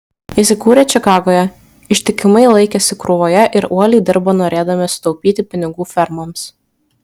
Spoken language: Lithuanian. įsikūrę čikagoje ištikimai laikėsi krūvoje ir uoliai dirbo norėdami sutaupyti pinigų fermoms